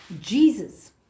Jesus